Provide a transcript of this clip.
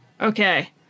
Okay